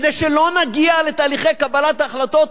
כדי שלא נגיע לתהליכי קבלת ההחלטות